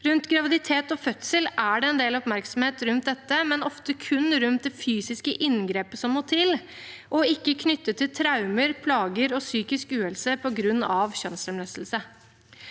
Rundt graviditet og fødsel er det en del oppmerksomhet om dette, men ofte kun rundt det fysiske inngrepet som må til, og ikke knyttet til traumer, plager og psykisk uhelse på grunn av kjønnslemlestelse.